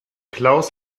klaus